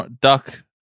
duck